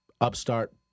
upstart